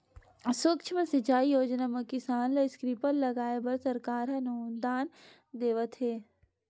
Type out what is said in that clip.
सुक्ष्म सिंचई योजना म किसान ल स्प्रिंकल लगाए बर सरकार ह अनुदान देवत हे